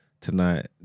tonight